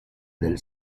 del